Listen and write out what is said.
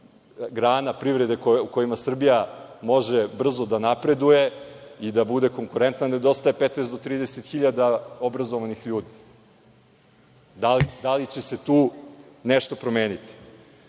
grana privrede u kojima Srbija može brzo da napreduje i da bude konkurentna, nedostaje 15 do 30.000 obrazovanih ljudi. Da li će se tu nešto promeniti? Sporo